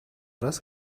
das